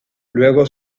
luego